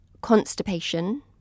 constipation